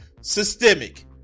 Systemic